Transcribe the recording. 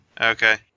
Okay